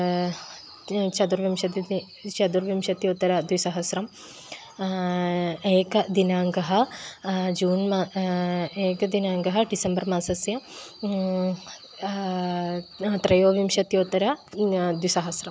चतुर्विंशतिः चतुर्विंशत्युत्तर द्विसहस्रम् एकदिनाङ्कः जून् मा एकदिनाङ्कः डिसेम्बर् मासस्य त्रयोविंशत्युत्तर द्विसहस्रम्